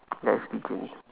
ya it's